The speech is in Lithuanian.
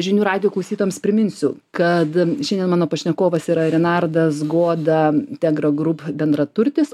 žinių radijo klausytojams priminsiu kad šiandien mano pašnekovas yra renaldas goda tegra grūp bendraturtis